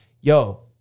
yo